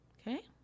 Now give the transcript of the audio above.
Okay